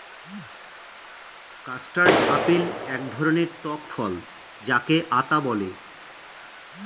custard apple এক ধরণের টক ফল যাকে আতা বলে